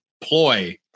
ploy